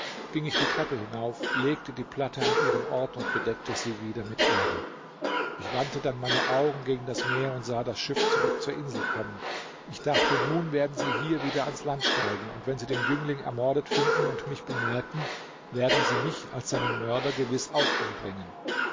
ging ich die treppe hinauf legte die platte an ihren ort und bedeckte sie wieder mit erde ich wandte dann meine augen gegen das meer und sah das schiff zurück zur insel kommen ich dachte nun werden sie hier wieder ans land steigen und wenn sie den jüngling ermordet finden und mich bemerken werden sie mich als seinen mörder gewiß auch umbringen